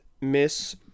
miss